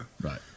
Right